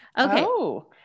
okay